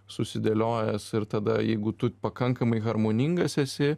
susidėliojęs ir tada jeigu tu pakankamai harmoningas esi